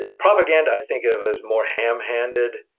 ah propaganda, i think of as more ham-handed,